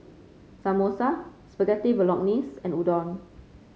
Samosa Spaghetti Bolognese and Udon